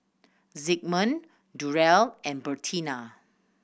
Zigmund Durell and Bertina